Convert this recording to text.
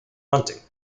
hunting